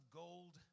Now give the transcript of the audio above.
gold